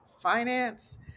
finance